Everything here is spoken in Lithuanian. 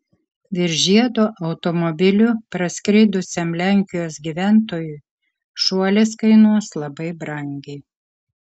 virš žiedo automobiliu praskridusiam lenkijos gyventojui šuolis kainuos labai brangiai